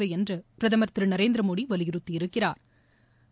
தேவை என்று பிரதமா் திரு நரேந்திரமோடி வலியுறுத்தியிருக்கிறாா்